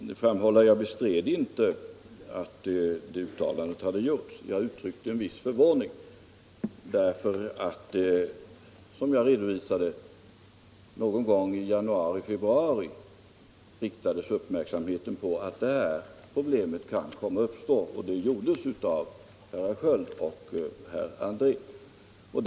Fru talman! Jag vill framhålla att jag inte bestred att uttalandet hade gjorts. Jag uttryckte en viss förvåning därför att det, såsom jag redovisade, någon gång i januari-februari riktades uppmärksamhet på att det här problemet kunde uppstå. Det gjordes av herrar Sköld och Andrén.